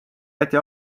läti